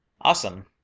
Awesome